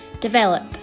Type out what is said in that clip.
develop